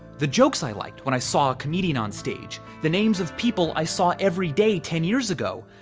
the jokes i liked when i saw a comedian on stage, the names of people i saw every day ten years ago.